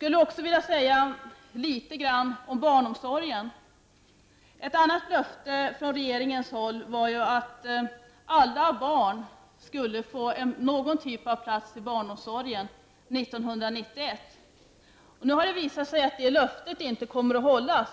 Låt mig också säga några ord om barnomsorgen. Ett annat löfte från regeringen var att alla barn skulle få en plats i barnomsorgen senast år 1991. Nu har det visat sig att det löftet inte kommer att hållas.